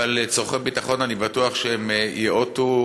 אבל לצורכי ביטחון אני בטוח שהם ייאותו